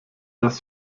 das